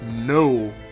no